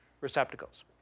receptacles